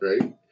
right